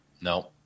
No